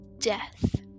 death